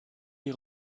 die